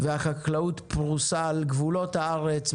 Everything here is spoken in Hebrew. והחקלאות פרוסה על גבולות הארץ,